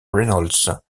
reynolds